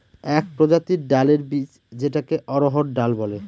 এক প্রজাতির ডালের বীজ যেটাকে অড়হর ডাল বলে